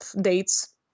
dates